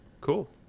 Cool